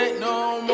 ah no